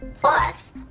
Plus